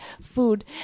food